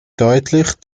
deutlich